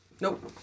Nope